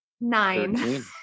nine